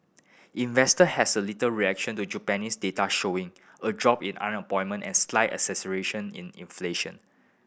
investor has a little reaction to Japanese data showing a drop in unemployment and slight acceleration in inflation